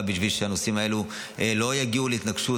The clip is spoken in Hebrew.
בשביל שהנושאים האלו לא יגיעו להתנגשות.